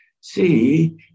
See